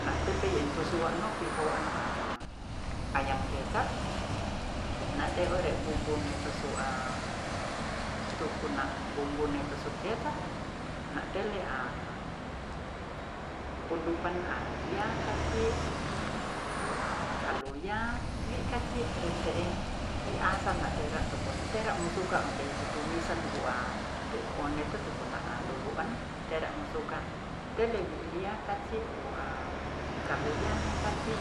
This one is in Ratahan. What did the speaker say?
Na'tepei intosu'a no piho'an a ayang kecap na'te ore'bumbutusu'a tu'kuna bumbu netusukecap na'tele'a pundupan a lia kaci wu'a kalu ya wi'kaci rente'e wi asal na'tera tukon na'tera mosuka ondei tutumisan wu'a tu'onde tukonaan luluan teremosuka telewiliya kaci wu'a kalu ya ne'kaci